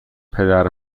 پدر